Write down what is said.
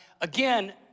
again